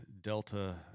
Delta